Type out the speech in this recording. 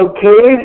Okay